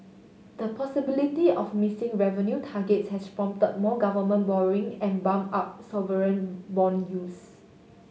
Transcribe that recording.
the possibility of missing revenue targets has prompt more government borrowing and bump up sovereign bond yields